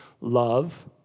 love